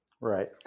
right